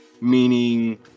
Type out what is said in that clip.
meaning